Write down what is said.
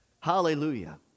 Hallelujah